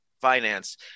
finance